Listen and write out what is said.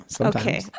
Okay